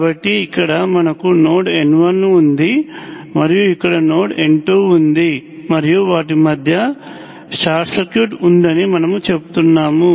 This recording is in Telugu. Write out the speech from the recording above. కాబట్టి ఇక్కడ మనకు నోడ్ n1 ఉంది మరియు ఇక్కడ నోడ్ n2 ఉంది మరియు వాటి మధ్య షార్ట్ సర్క్యూట్ ఉందని మనము చెప్తున్నాము